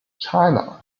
china